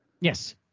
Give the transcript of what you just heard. Yes